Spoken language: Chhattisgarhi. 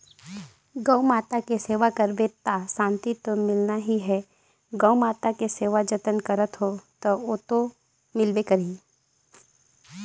गउ माता के सेवा करबे त सांति तो मिलना ही है, गउ माता के सेवा जतन करत हो त ओतो मिलबे करही